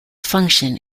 function